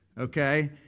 Okay